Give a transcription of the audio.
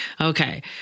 Okay